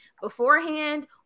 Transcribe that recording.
beforehand